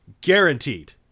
Guaranteed